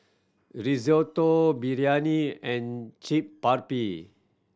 Risotto Biryani and Chaat Papri